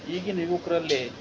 ಈಗಿನ ಯುವಕ್ರಲ್ಲಿ